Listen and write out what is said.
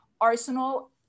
Arsenal